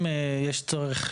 אם יש צורך,